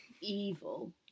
evil